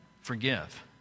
forgive